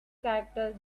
characters